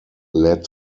led